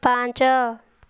ପାଞ୍ଚ